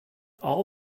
all